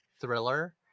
thriller